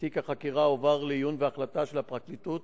ותיק החקירה הועבר לעיון ולהחלטה של פרקליטות